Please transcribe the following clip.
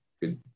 good